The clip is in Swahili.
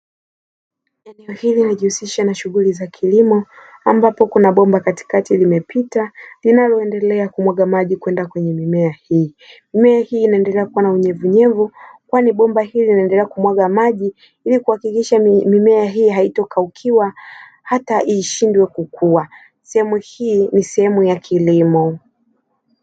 Eneo hili ninajihusisha na shughuli za kilimo, ambapo kuna bomba katikati limepita. Linaloendelea kumwaga maji kwenda kwenye mimea hii. Mimea hii inaendelea kuwa na unyevunyevu kwani bomba hili linaendelea kumwaga maji ili kuhakikisha mimea hii haitokaukiwa, hata ishindwe kukuwa. Sehemu hii ni sehemu ya kilimo.